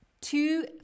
two